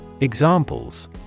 Examples